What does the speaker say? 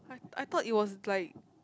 I thought it was like